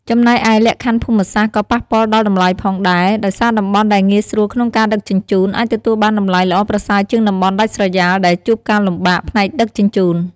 ចំណែកឯ លក្ខខណ្ឌភូមិសាស្ត្រ ក៏ប៉ះពាល់ដល់តម្លៃផងដែរ ដោយសារតំបន់ដែលងាយស្រួលក្នុងការដឹកជញ្ជូន អាចទទួលបានតម្លៃល្អប្រសើរជាងតំបន់ដាច់ស្រយាលដែលជួបការលំបាកផ្នែកដឹកជញ្ជូន។